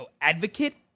advocate